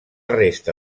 resta